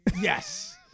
Yes